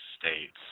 States